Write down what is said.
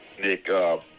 Nick